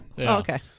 okay